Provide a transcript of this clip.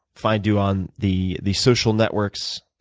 find you on the the social networks?